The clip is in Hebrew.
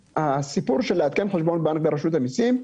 הסיפור של עדכון חשבונות בנק ברשות המסים,